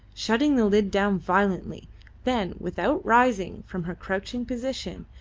shutting the lid down violently then, without rising from her crouching position,